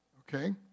Okay